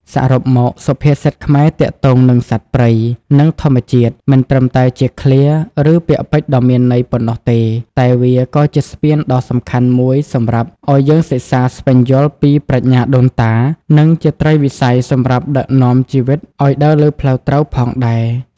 សរុបមក សុភាសិតខ្មែរទាក់ទងនឹងសត្វព្រៃ និងធម្មជាតិ មិនត្រឹមតែជាឃ្លា ឬ ពាក្យពេចន៍ដ៏មានន័យប៉ុណ្ណោះទេ តែវាក៏ជាស្ពានដ៏សំខាន់មួយសម្រាប់ឱ្យយើងសិក្សាស្វែងយល់ពីប្រាជ្ញាដូនតា និងជាត្រីវិស័យសម្រាប់ដឹកនាំជីវិតឱ្យដើរលើផ្លូវត្រូវផងដែរ។